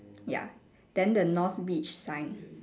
ya then the north beach sign